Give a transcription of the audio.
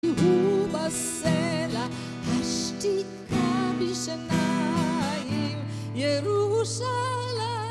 הדיבור בסלע, השתיקה בשניים. ירושלים